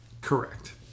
Correct